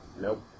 Nope